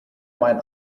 mein